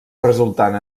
resultant